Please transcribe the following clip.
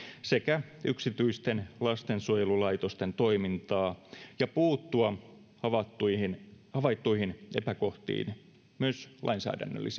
sekä yksityisten lastensuojelulaitosten toimintaa ja puuttua havaittuihin havaittuihin epäkohtiin myös lainsäädännöllisin